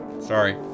Sorry